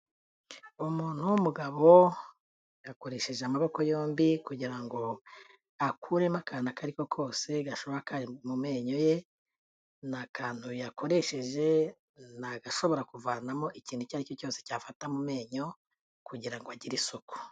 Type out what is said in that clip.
Umuntu w'umugabo yakoresheje amaboko yombi kugira ngo akuremo akantu ako ariko kose gashoboka kuba kari mu menyo ye. Akantu yakoresheje ni agashobora kuvanamo ikintu icyo ari cyo cyose cyafata mu menyo kugira ngo agire isuku.